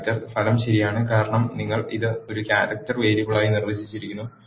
character ഫലം ശരിയാണ് കാരണം നിങ്ങൾ ഇത് ഒരു ക്യാരക്ടർ വേരിയബിളായി നിർവചിച്ചിരിക്കുന്നു